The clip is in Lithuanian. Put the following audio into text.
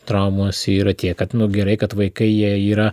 traumos yra tiek kad nu gerai kad vaikai jie yra